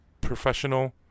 Professional